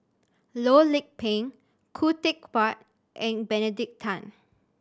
Loh Lik Peng Khoo Teck Puat and Benedict Tan